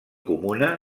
comuna